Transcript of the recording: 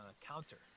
counter